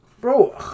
Bro